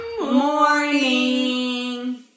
morning